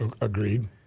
Agreed